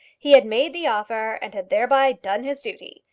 he had made the offer, and had thereby done his duty.